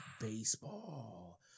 baseball